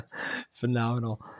Phenomenal